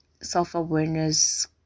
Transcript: self-awareness